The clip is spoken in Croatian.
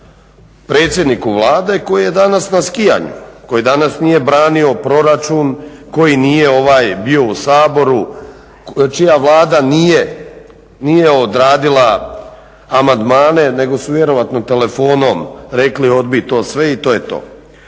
predsjedniku Vlade koji je danas na skijanju, koji danas nije branio proračun koji nije bio u Saboru čija Vlada nije odradila amandmane nego su vjerojatno telefonom rekli odbij to sve i to je to.